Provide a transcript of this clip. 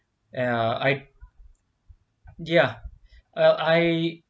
ya I ya err I